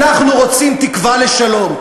אנחנו רוצים תקווה לשלום.